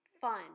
fun